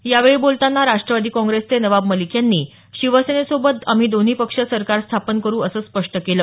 यावेळी बोलताना राष्ट्रवादी काँग्रेसचे नवाब मलिक यांनी शिवसेनेसोबत आम्ही दोन्ही पक्ष सरकार स्थापन करु असं स्पष्ट केलं